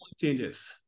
changes